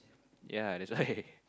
yeah that's why